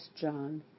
John